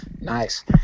Nice